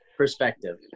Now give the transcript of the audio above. Perspective